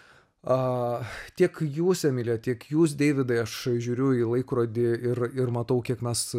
a tiek jūs emilija tiek jūs deividai aš žiūriu į laikrodį ir ir matau kiek mes